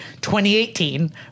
2018